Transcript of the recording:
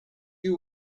you